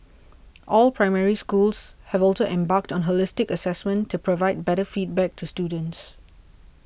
all Primary Schools have also embarked on holistic assessment to provide better feedback to students